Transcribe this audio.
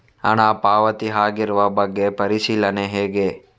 ಹಣ ಪಾವತಿ ಆಗಿರುವ ಬಗ್ಗೆ ಪರಿಶೀಲನೆ ಹೇಗೆ?